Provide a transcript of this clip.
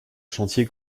chantier